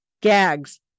gags